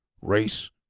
race